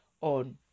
on